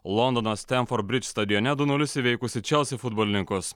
londono stemford bridž stadione du nulis įveikusi čelsi futbolininkus